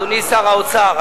אדוני שר האוצר,